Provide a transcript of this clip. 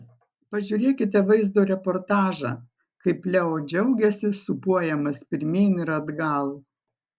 pažiūrėkite vaizdo reportažą kaip leo džiaugiasi sūpuojamas pirmyn ir atgal